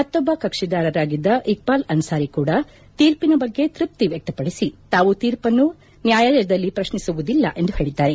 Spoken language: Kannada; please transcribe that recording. ಮತ್ತೊಬ್ಬ ಕಕ್ಷಿದಾರರಾಗಿದ್ದ ಇಕ್ಟಾಲ್ ಅನ್ಲಾರಿ ಕಂಡ ತೀರ್ಪಿನ ಬಗ್ಗೆ ತೃಪ್ತಿ ವ್ವಕ್ತಪಡಿಸಿ ತಾವು ತೀರ್ಪನ್ನು ನ್ಯಾಯಾಲಯದಲ್ಲಿ ಪ್ರತ್ನಿಸುವುದಿಲ್ಲ ಎಂದು ಹೇಳಿದ್ದಾರೆ